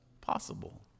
possible